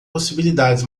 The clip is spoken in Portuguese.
possibilidades